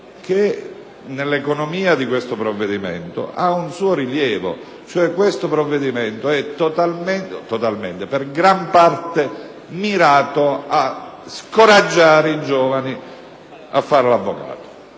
che nell'economia di questo provvedimento ha un suo rilievo. Questo disegno di legge è in gran parte mirato a scoraggiare i giovani dal fare l'avvocato: